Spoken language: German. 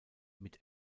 mit